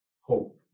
hope